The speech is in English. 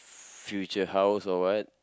future house or what